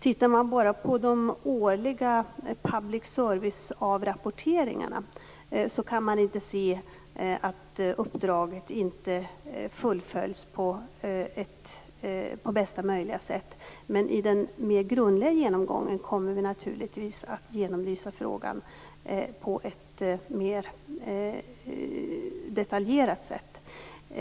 Tittar man bara på de årliga public serviceavrapporteringarna kan man inte se att uppdraget inte fullföljs på bästa möjliga sätt men vid den mera grundliga genomgången kommer vi naturligtvis att genomlysa frågan mera detaljerat. Detta